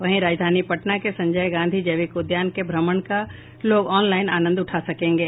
वहीं राजधानी पटना के संजय गांधी जैविक उद्यान के भ्रमण का लोग ऑनलाईन आनंद उठा सकेंगे